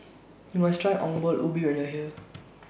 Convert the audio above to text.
YOU must Try Ongol Ubi when YOU Are here